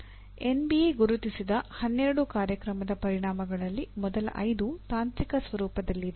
N B A ಗುರುತಿಸಿದ 12 ಕಾರ್ಯಕ್ರಮದ ಪರಿಣಾಮಗಳಲ್ಲಿ ಮೊದಲ 5 ತಾಂತ್ರಿಕ ಸ್ವರೂಪದಲ್ಲಿದೆ